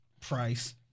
price